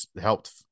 helped